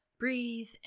breathe